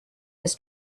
his